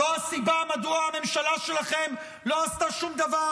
זו הסיבה שהממשלה שלכם לא עשתה שום דבר